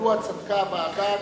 מדוע צדקה הוועדה,